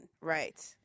Right